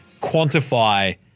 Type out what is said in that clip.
quantify